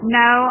no